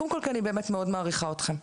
קודם כל, כי אני באמת מאוד מעריכה אתכם,